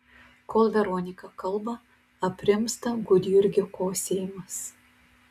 kol veronika kalba aprimsta gudjurgio kosėjimas